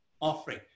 offering